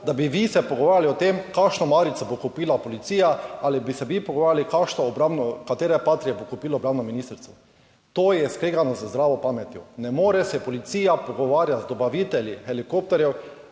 da bi se vi pogovarjali o tem, kakšno marico bo kupila policija, ali bi se vi pogovarjali o tem, katere patrie bo kupilo obrambno ministrstvo. To je skregano z zdravo pametjo! Ne more se policija pogovarjati z dobavitelji helikopterjev